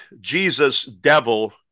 Jesus-devil